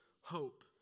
hope